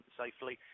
safely